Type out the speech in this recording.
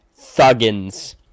Thuggins